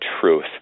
truth